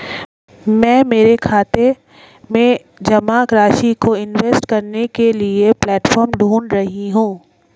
मैं मेरे खाते में जमा राशि को इन्वेस्ट करने के लिए प्लेटफॉर्म ढूंढ रही हूँ